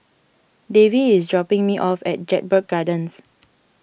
Davey is dropping me off at Jedburgh Gardens